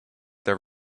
there